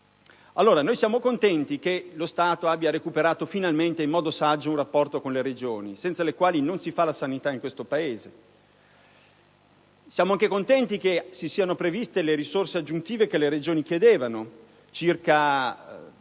allora contenti che lo Stato abbia recuperato finalmente in modo saggio un rapporto con le Regioni, senza le quali non si fa la sanità in questo Paese. Siamo anche contenti che si siano previste le risorse aggiuntive che le Regioni chiedevano: circa